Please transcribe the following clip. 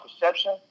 perception